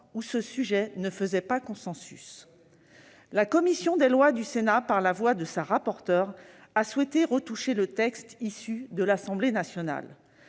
où ce sujet ne faisait pas consensus. Très bien ! La commission des lois du Sénat, par la voix de sa rapporteure, a souhaité retoucher le texte issu de l'Assemblée nationale.